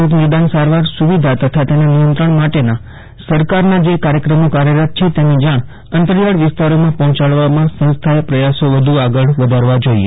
રોગ નિદાન સારવાર સુવિધા તથા તેના નિયંત્રણ માટેના સરકારના જે કાર્યક્રમો કાર્યરત છે તેની જાણ અંતરિયાળ વિસ્તારોમાં પહોચાડવામાં સંસ્થાએ પ્રયાસો વધુ આગળ વધારવા જોઇએ